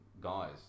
guys